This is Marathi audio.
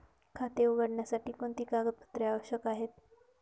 खाते उघडण्यासाठी कोणती कागदपत्रे आवश्यक आहे?